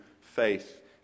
faith